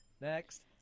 Next